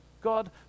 God